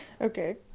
okay